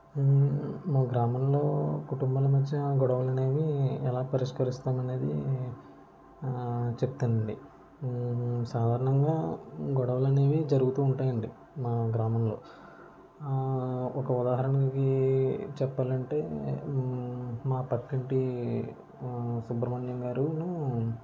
మా గ్రామంలో కుటుంబాల మధ్య గొడవలు అనేవి ఎలా పరిష్కరిస్తాం అనేది చెప్తానండి సాధారణంగా గొడవలనేవి జరుగుతూ ఉంటాయండి మా గ్రామంలో ఒక ఉదాహరణకి చెప్పాలంటే మా పక్కింటి సుబ్రహ్మణ్యం గారును